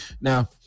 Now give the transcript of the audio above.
Now